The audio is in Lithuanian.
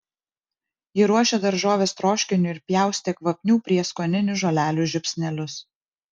ji ruošė daržoves troškiniui ir pjaustė kvapnių prieskoninių žolelių žiupsnelius